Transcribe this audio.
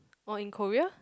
oh in Korea